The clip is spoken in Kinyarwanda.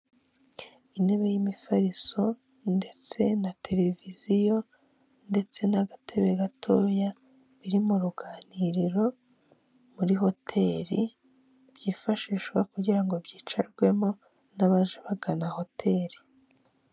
Intebe y'imifariso ndetse na televiziyo, ndetse n'agatebe gatoya biri mu ruganiriro muri hoteri byifashishwa kugira ngo byicarwemo n'abaje bagana hoteri.